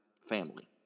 family